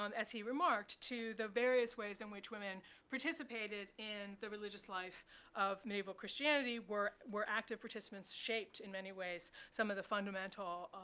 as he remarked, to the various ways in which women participated in the religious life of medieval christianity, were were active participants, shaped in many ways, some of the fundamental